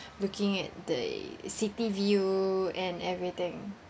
looking at the city view and everything